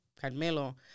Carmelo